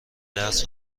درس